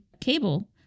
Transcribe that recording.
cable